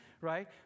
right